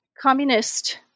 communist